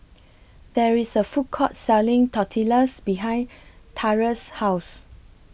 There IS A Food Court Selling Tortillas behind Taurus' House